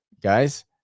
Guys